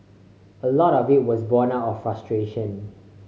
a lot of it was born out of frustration